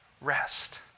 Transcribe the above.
rest